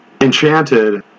enchanted